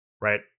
right